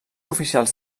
oficials